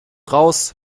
raus